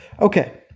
Okay